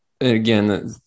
again